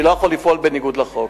אני לא יכול לפעול בניגוד לחוק.